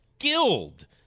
skilled